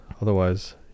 Otherwise